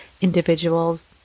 individuals